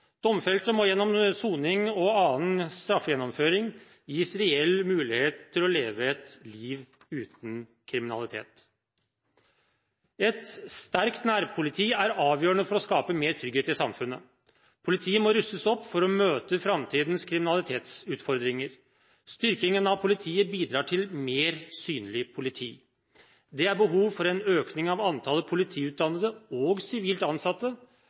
Domfelte må gjennom soning og annen straffegjennomføring gis reell mulighet til å leve et liv uten kriminalitet. Et sterkt nærpoliti er avgjørende for å skape mer trygghet i samfunnet. Politiet må rustes opp for å møte framtidens kriminalitetsutfordringer. Styrkingen av politiet bidrar til mer synlig politi. Det er behov for en økning av antallet politiutdannede og sivilt ansatte